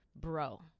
Bro